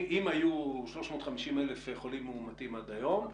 אם היו 350,000 חולים מאומתים עד היום,